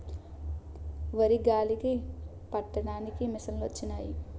వరి గాలికి పట్టడానికి మిసంలొచ్చినయి